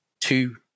two